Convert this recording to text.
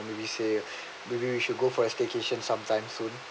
and maybe say maybe we should go for a staycation sometime soon